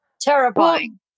Terrifying